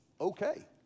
okay